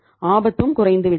ஆபத்தும் குறைந்துவிட்டது